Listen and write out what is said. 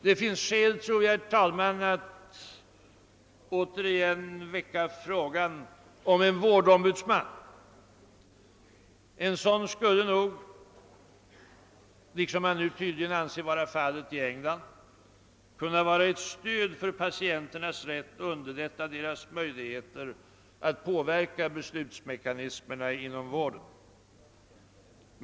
Jag tror, herr talman, att det finns skäl att återigen väcka frågan om en vårdombudsman. En sådan skulle nog, liksom man tydligen anser vara fallet i England, kunna vara ett stöd för patienternas rätt och underlätta deras möjligheter att påverka beslutsmekanismerna inom vården.